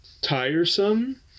tiresome